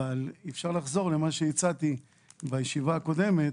אבל אפשר לחזור למה שהצעתי בישיבה הקודמת.